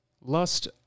lust